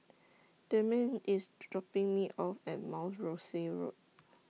Damien IS dropping Me off At Mount Rosie Road